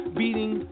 beating